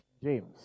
James